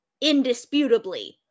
indisputably